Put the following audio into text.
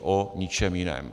O ničem jiném.